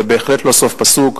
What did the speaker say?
זה בהחלט לא סוף פסוק.